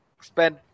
spend